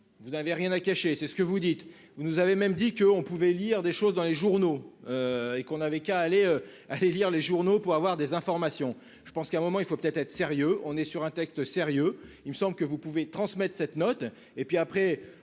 vous n'avez rien à cacher. C'est ce que vous dites nous avait même dit que on pouvait lire des choses dans les journaux. Et qu'on avait qu'à aller. Lire les journaux pour avoir des informations. Je pense qu'à un moment il faut être sérieux. On est sur un texte sérieux, il me semble que vous pouvez transmettre cette note et puis après.